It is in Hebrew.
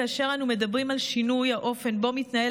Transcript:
כאשר אנו מדברים על שינוי האופן שבו מתנהל